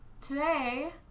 today